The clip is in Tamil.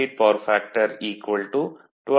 8 பவர் ஃபேக்டர் 12